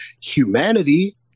humanity